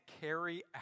carry